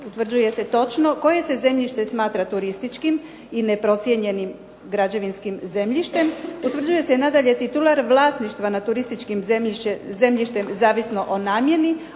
utvrđuje se točno koje se zemljište smatra turističkim i neprocijenjenim građevinskim zemljištem. Utvrđuje se nadalje titular vlasništva nad turističkim zemljištem zavisno o namjeni,